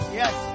yes